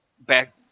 back